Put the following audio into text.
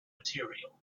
material